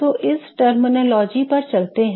तो इस शब्दावली पर चलते हैं